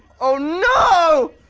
oh no!